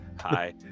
Hi